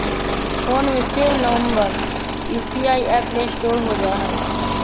phone में save number UPI app में store हो जा हई